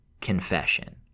confession